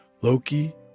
Loki